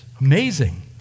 amazing